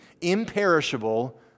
imperishable